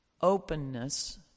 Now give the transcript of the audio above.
openness